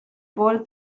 pool